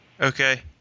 Okay